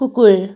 कुकुर